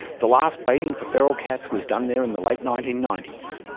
the last baiting for feral cats was done there in the late nineteen ninety s.